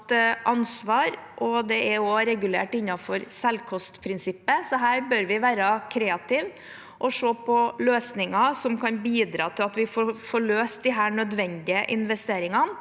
ansvar, og det er også regulert innenfor selvkostprinsippet, så her bør vi være kreative og se på løsninger som kan bidra til at vi får gjort disse helt nødvendige investeringene.